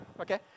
okay